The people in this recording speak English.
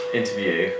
interview